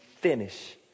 finish